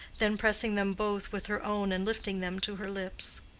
then pressing them both with her own and lifting them to her lips.